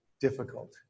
difficult